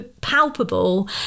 palpable